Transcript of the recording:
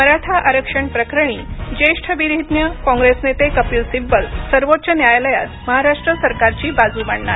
मराठा आरक्षण प्रकरणी ज्येष्ठविधिज्ञ कॉंग्रेस नेते कपील सिब्बल सर्वोच्च न्यायालयात महाराष्टू सरकारची बाजू मांडणार